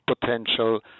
potential